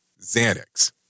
Xanax